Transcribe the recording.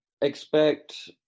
expect